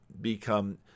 become